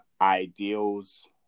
ideals